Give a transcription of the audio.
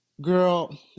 Girl